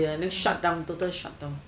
ya and then shut down total shut down